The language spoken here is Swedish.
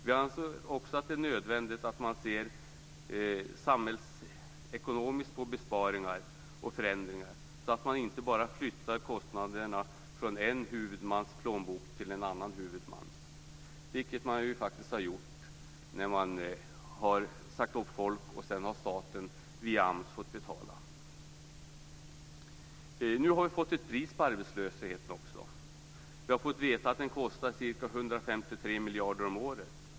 Vi anser också att det är nödvändigt att se samhällsekonomiskt på besparingar och förändringar, så att man inte bara flyttar kostnaderna från en huvudmans plånbok till en annans - vilket man faktiskt har gjort när man sagt upp folk och sedan staten via AMS har fått betala. Nu har vi också fått ett pris på arbetslösheten. Vi har fått veta att den kostar ca 153 miljarder om året.